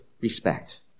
respect